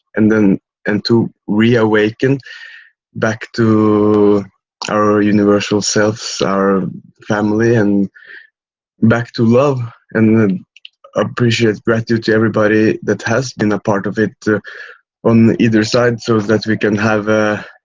and then and to reawaken back to our universal selves, our family, and back to love and appreciate, gratitude to everybody that has been a part of it on either side, so that we can have a